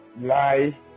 lie